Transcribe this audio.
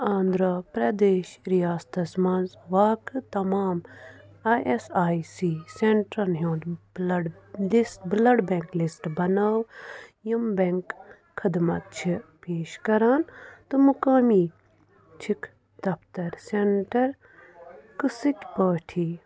آنٛدھرا پرٛدیش رِیاستَس مَنٛز واقعہٕ تمام آی اؠس آی سی سؠنٹرَن ہُنٛد بٕلَڈ دِس بٕلَڈ بٮ۪نٛک لِسٹ بناو یِم بٮ۪نٛک خدمت چھِ پیش کران تہٕ مُقٲمی چھِکھ دفتر سؠنٹر قٕصٕکۍ پٲٹھی